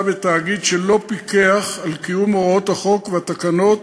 בתאגיד שלא פיקח על קיום הוראות החוק והתקנות